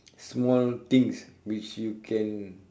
small things which you can